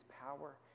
power